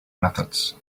methods